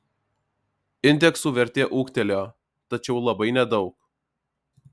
indeksų vertė ūgtelėjo tačiau labai nedaug